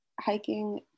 Hiking